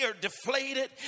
deflated